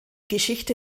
geschichte